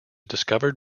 discovered